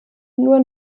nur